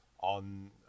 on